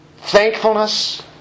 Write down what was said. thankfulness